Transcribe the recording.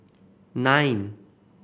nine